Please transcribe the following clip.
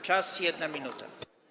Czas - 1 minuta.